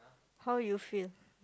how you feel